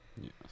Yes